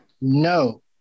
No